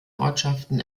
ortschaften